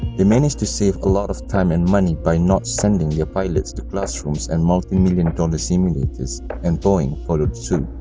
they managed to save a lot of time and money by not sending their yeah pilots to classrooms and multi-million dollar simulators and boeing followed suit.